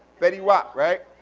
feddy wopp, right?